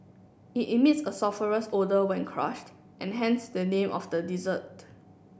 it emits a sulphurous odour when crushed and hence the name of the dessert